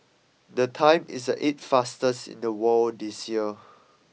the time is the eighth fastest in the world this year